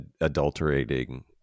adulterating